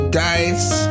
dice